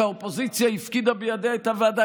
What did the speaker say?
שהאופוזיציה הפקידה בידיה את הוועדה,